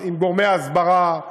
עם גורמי ההסברה,